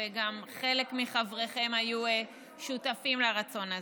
וגם חלק מחבריכם היו שותפים לרצון הזה.